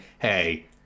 hey